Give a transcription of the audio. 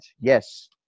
Yes